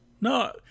No